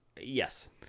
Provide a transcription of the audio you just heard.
Yes